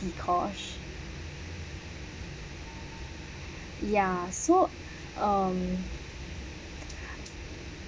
dee kosh ya so um